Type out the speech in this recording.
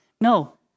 No